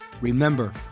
Remember